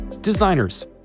Designers